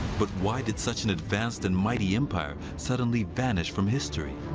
but why did such an advanced and mighty empire suddenly vanish from history?